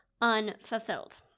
unfulfilled